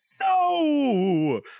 No